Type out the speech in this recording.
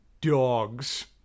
Dogs